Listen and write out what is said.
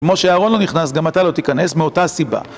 כמו שאהרון לא נכנס, גם אתה לא תיכנס מאותה הסיבה.